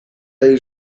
hil